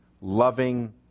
loving